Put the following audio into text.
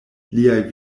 liaj